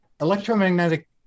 Electromagnetic